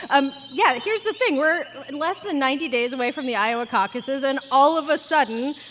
um yeah. here's the thing. we're less than ninety days away from the iowa caucuses. and all of a sudden,